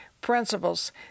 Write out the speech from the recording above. principles